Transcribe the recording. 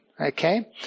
Okay